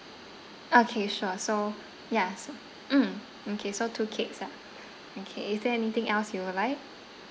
okay sure so ya so mm mm K so two cakes lah okay is there anything else you would like